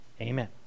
amen